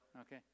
Okay